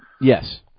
Yes